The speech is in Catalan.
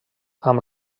amb